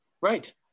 right